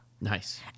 Nice